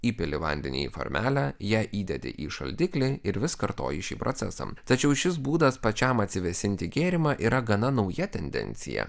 įpili vandenį į formelę jei įdedi į šaldiklį ir vis kartoji šį procesą tačiau šis būdas pačiam atsivėsinti gėrimą yra gana nauja tendencija